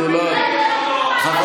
תתבייש לך, מזהה תהליכים, חצוף.